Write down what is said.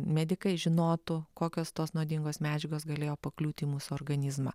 medikai žinotų kokios tos nuodingos medžiagos galėjo pakliūti į mūsų organizmą